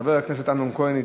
חבר הכנסת אמנון כהן,